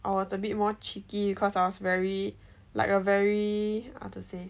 I was a bit more cheeky cause I was very like a very how to say